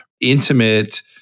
intimate